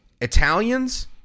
Italians